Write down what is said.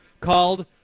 called